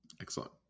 Excellent